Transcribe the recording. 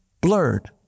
blurred